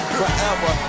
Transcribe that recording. forever